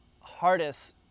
hardest